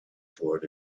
toward